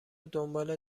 دنبال